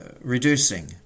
reducing